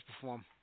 perform